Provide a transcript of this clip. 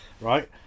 right